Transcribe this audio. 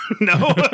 no